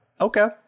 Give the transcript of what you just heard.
Okay